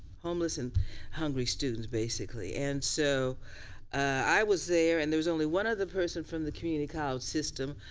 homeless and hungry students basically and so i was there and there was only one other person from the community college system,